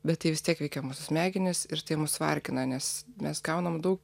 bet tai vis tiek veikia mūsų smegenis ir tai mus vargina nes mes gaunam daug